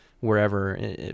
wherever